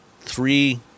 three